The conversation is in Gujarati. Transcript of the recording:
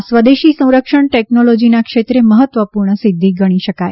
આ સ્વદેશી સંરક્ષણ ટેકનોલોજીના ક્ષેત્રે મહત્વપૂર્ણ સિદ્ધિ ગણી શકાય